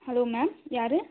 hello ma'am யார்